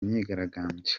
myigaragambyo